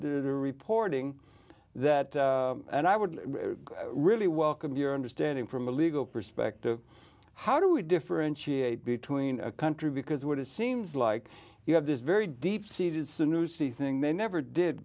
e are reporting that and i would really welcome your understanding from a legal perspective how do we differentiate between a country because what it seems like you have this very deep seated snoozy thing they never did